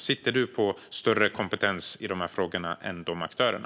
Sitter du på större kompetens i frågorna än aktörerna?